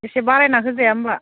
एसे बारायना होजाया होनबा